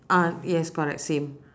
ah yes correct same